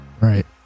right